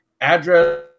address